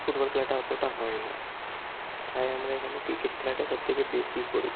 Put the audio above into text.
football খেলাটা অতোটা হয় না তাই আমরা এখানে ক্রিকেট খেলাটা সব থেকে বেশি করি